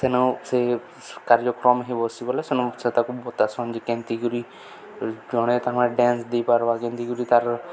ସେନୁ ସେ କାର୍ଯ୍ୟକ୍ରମ ହେଇ ବସି ବଲେ ସେନୁ ସେ ତାକୁ ବତାସନ୍ ଯେ କେନ୍ତି ଗୁରି ଜଣେ ତାମେ ଡ୍ୟାନ୍ସ ଦେଇପାରବା କେନ୍ତି ଗୁରି ତା'ର